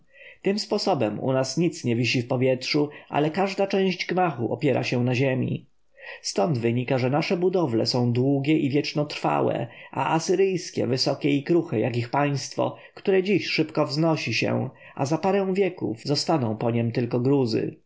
tym sposobem u nas nic nie wisi w powietrzu ale każda część gmachu opiera się na ziemi stąd wynika że nasze budowle są długie i wiecznotrwałe a asyryjskie wysokie i kruche jak ich państwo które dziś szybko wznosi się a za parę wieków zostaną po niem tylko gruzy